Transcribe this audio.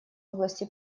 области